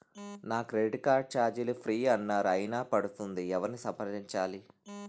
నా credit card ఛార్జీలు free అన్నారు అయినా పడుతుంది ఎవరిని సంప్రదించాలి?